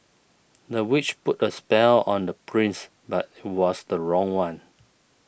the witch put a spell on the prince but was the wrong one